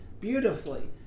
beautifully